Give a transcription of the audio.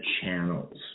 channels